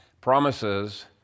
promises